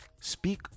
speak